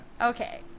Okay